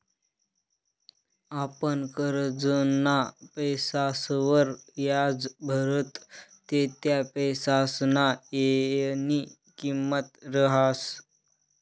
आपण करजंना पैसासवर याज भरतस ते त्या पैसासना येयनी किंमत रहास